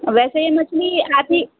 ویسے یہ مچھلی آتی